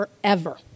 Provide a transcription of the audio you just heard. forever